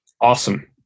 awesome